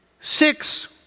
six